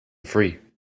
free